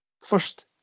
First